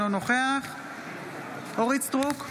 אינו נוכח אורית מלכה סטרוק,